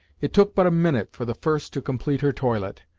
it took but a minute for the first to complete her toilet.